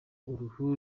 ubutumwa